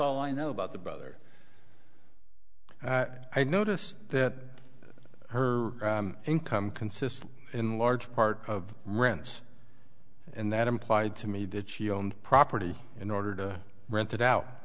all i know about the brother i notice that her income consists in large part of rents and that implied to me that she owned property in order to rent it out